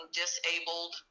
disabled